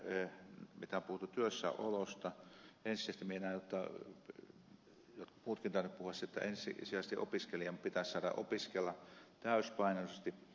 ensisijaisesti minä näen muutkin ovat tainneet puhua siitä jotta ensisijaisesti opiskelijan pitäisi saada opiskella täysipainoisesti